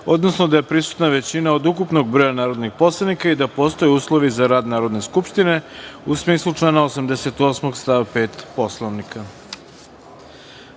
odnosno da je prisutna većina od ukupnog broja narodnih poslanika i da postoje uslovi za rad Narodne skupštine u smislu člana 88. stav 5. Poslovnika. Da